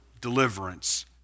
deliverance